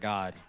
God